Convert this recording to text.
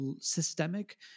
systemic